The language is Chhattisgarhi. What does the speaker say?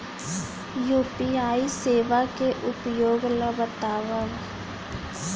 यू.पी.आई सेवा के उपयोग ल बतावव?